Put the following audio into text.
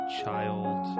child